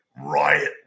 Riot